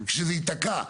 שזה ייתקע.